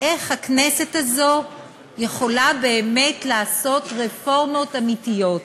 איך הכנסת הזאת יכולה באמת לעשות רפורמות אמיתיות,